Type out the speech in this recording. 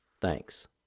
Thanks